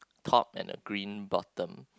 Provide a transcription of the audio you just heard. top and a green bottom